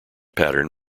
pattern